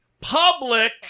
public